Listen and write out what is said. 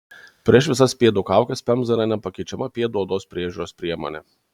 prieš visas pėdų kaukes pemza yra nepakeičiama pėdų odos priežiūros priemonė